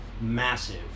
massive